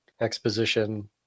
exposition